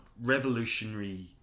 revolutionary